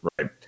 right